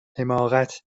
حماقت